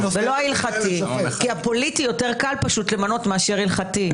כי בפוליטי יותר קל למנות מאשר בהלכתי.